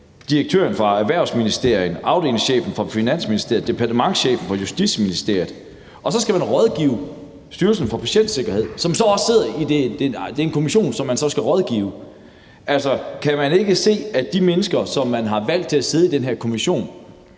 direktøren fra Erhvervsministeriet, afdelingschefen fra Finansministeriet, departementschefen fra Justitsministeriet, og man skal så rådgive Styrelsen for Patientsikkerhed, som så også sidder i den kommission, som man så skal rådgive. Altså, i forhold til de mennesker, man har valgt til at sidde i den her kommission,